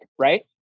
right